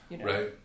Right